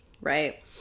right